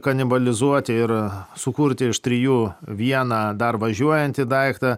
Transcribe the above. kanibalizuoti ir sukurti iš trijų vieną dar važiuojantį daiktą